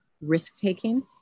risk-taking